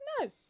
no